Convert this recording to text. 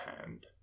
hand